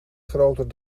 groter